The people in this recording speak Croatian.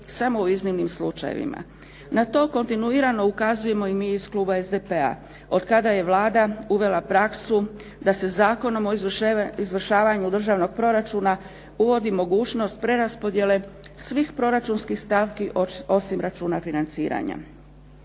samo u iznimnim slučajevima. Na to kontinuirano ukazujemo i mi iz Kluba SDP-a. Otkada je Vlada uvela praksu da se Zakonom o izvršavanju državnog proračuna uvodi mogućnost preraspodjele svih proračunskih stavki osim računa financiranja.